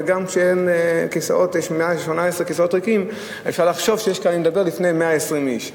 וגם כשיש 118 כיסאות ריקים אפשר לחשוב שאני מדבר לפני 120 איש.